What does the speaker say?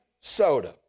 soda